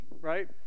right